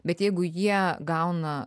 bet jeigu jie gauna